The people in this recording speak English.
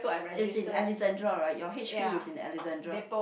it's in Alexandra right your H_P is in Alexandra